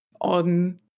on